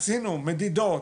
עשינו מדידות,